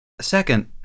Second